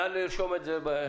נא לרשום את זה להתייחסויות.